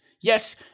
Yes